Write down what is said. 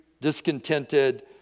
discontented